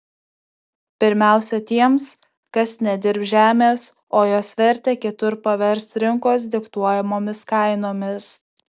pirmiausia tiems kas nedirbs žemės o jos vertę kitur pavers rinkos diktuojamomis kainomis